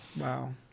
Wow